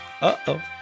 Uh-oh